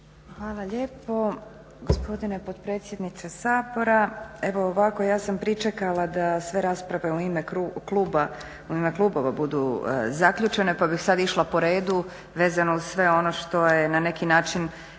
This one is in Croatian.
Hvala lijepo gospodine potpredsjedniče Sabora. Evo ovako, ja sam pričekala da sve rasprave u ime klubova budu zaključene pa bih sad išla po redu vezano uz sve ono što je na neki način